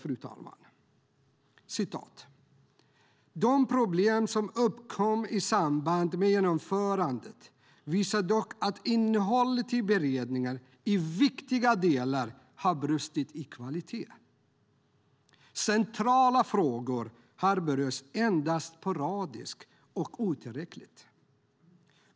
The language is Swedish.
Låt mig citera: "De problem som uppkom i samband med genomförandet visar dock att innehållet i beredningen i viktiga delar har brustit i kvalitet. Centrala frågor har berörts endast sporadiskt och otillräckligt."